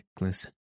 necklace